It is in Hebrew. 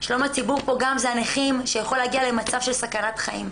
שלום הציבור פה גם זה הנכים שיכולים להגיע למצב של סכנת חיים.